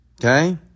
Okay